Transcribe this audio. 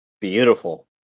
Beautiful